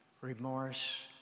remorse